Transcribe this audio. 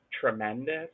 tremendous